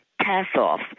pass-off